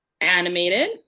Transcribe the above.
animated